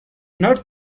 not